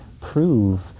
prove